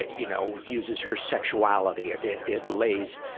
you know, uses her sexuality. it, it it lays,